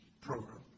program